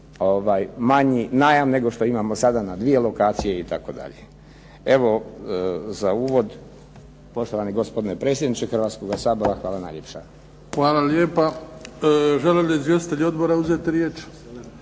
manji najam nego što imamo sada na dvije lokacije itd. Evo za uvod. Poštovani gospodine predsjedniče Hrvatskoga sabora, hvala najljepša. **Bebić, Luka (HDZ)** Hvala lijepa. Žele li izvjestitelji odbora uzeti riječ?